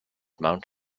mount